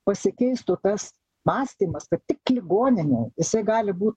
pasikeistų tas mąstymas kad tik ligoninėj jisai gali būt